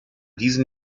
diesen